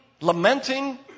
lamenting